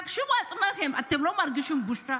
תחשבו על עצמכם, אתם לא מרגישים בושה?